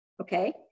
Okay